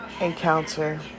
encounter